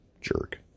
Jerk